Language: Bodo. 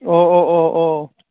अ अ अ अ